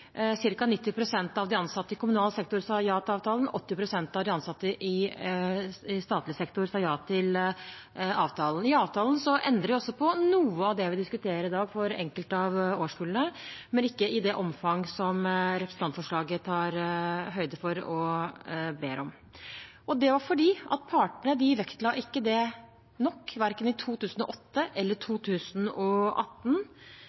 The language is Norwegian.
90 pst. av de ansatte i kommunal sektor og 80 pst. av de ansatte i statlig sektor sa ja til avtalen. I avtalen endrer vi også på noe av det vi diskuterer i dag for enkelte av årskullene, men ikke i det omfang som representantforslaget tar høyde for og ber om. Det var fordi partene ikke vektla det nok, verken i 2008 eller